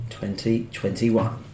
2021